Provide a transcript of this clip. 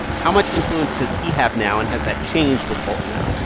how much influence does he have now and has that changed with bolton out?